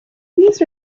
these